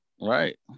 right